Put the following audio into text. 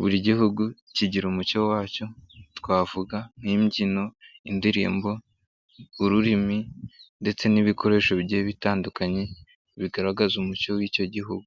Buri gihugu kigira umucyo wacyo twavuga nk'imbyino, indirimbo, ururimi ndetse n'ibikoresho bigiye bitandukanye bigaragaza umuco w'icyo gihugu,